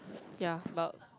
ya but